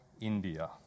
India